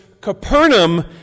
Capernaum